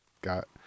got